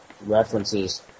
references